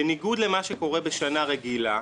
בניגוד למה שקורה בשנה רגילה,